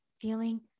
feeling